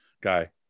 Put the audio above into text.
guy